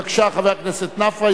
עברה בקריאה טרומית ותועבר לוועדת העבודה,